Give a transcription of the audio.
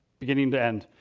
beginning to end.